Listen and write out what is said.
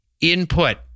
input